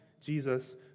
Jesus